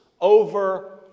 over